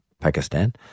Pakistan